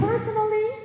Personally